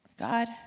God